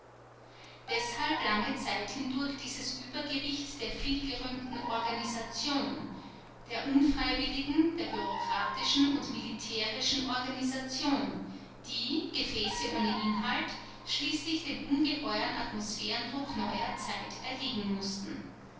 deshalb lange zeit hindurch dieses übergewicht der vielgerühmten organisation der unfreiwilligen der bureaukratischen und militaristischen organisation die gefäße ohne inhalt schließlich dem ungeheuren atmosphärendruck neuer zeit erliegen mußten